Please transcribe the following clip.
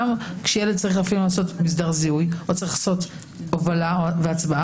גם כשילד צריך לעשות אפילו מסדר זיהוי או צריך לעשות הובלה והצבעה,